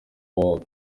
world